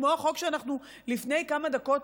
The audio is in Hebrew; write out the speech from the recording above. כמו החוק שאנחנו לפני כמה דקות,